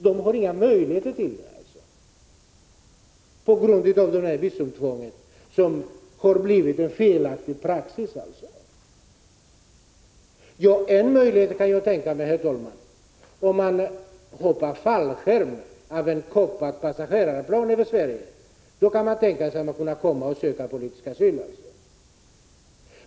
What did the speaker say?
De har alltså inga möjligheter att komma hit på det sättet på grund av visumtvånget, där det blivit en felaktig praxis. En möjlighet kan jag tänka mig, herr talman. Om man hoppar med fallskärm från ett passagerarplan över Sverige, då är det möjligt att man kan komma hit och söka politisk asyl.